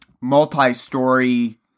multi-story